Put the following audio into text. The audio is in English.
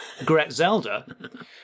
Gretzelda